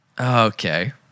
Okay